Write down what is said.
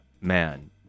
Man